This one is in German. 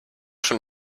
schon